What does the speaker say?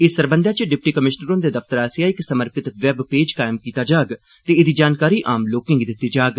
इस सरबंधै च डिप्टी कमिशनर हुंदे दफ्तर आसेआ इक समर्पित वैबपेज कायम कीता जाग ते एह्दी जानकारी आम लोकें गी दित्ती जाग